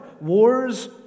wars